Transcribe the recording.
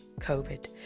COVID